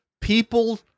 people